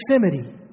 Proximity